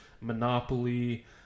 Monopoly